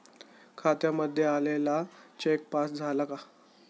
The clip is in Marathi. खात्यामध्ये आलेला चेक पास झाला का?